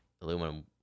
aluminum